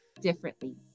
differently